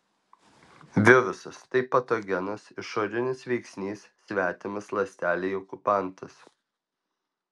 virusas tai patogenas išorinis veiksnys svetimas ląstelei okupantas